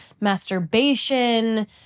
masturbation